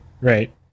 right